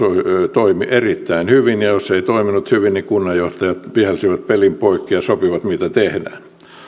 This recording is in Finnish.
toimi erittäin hyvin ja jos ei toiminut hyvin niin kunnanjohtajat vihelsivät pelin poikki ja sopivat mitä tehdään